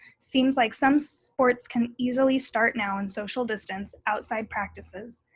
seems like some sports can easily start now and social distance outside practices.